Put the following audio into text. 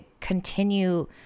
continue